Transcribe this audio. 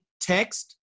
text